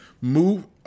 move